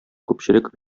күпчелек